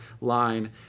line